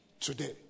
today